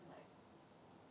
like